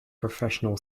professional